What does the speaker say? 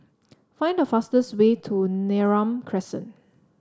find the fastest way to Neram Crescent